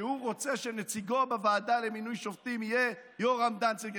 שהוא רוצה שנציגו בוועדה למינוי שופטים יהיה יורם דנציגר.